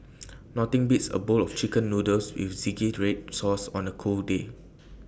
nothing beats A bowl of Chicken Noodles with Zingy Red Sauce on A cold day